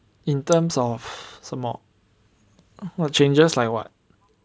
in terms of 什么 what changes like what